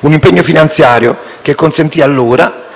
un impegno finanziario che consentì allora